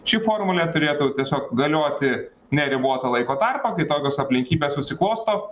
ši formulė turėtų tiesiog galioti neribotą laiko tarpą kitokios aplinkybės susiklosto